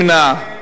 מי נמנע?